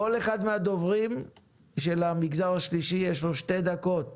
כל אחד מן הדוברים של המגזר השלישי יש לו שתי דקות.